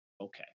Okay